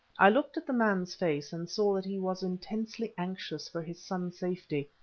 i looked at the man's face and saw that he was intensely anxious for his son's safety,